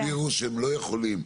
לא, הם הסבירו שהם לא יכולים.